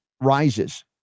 rises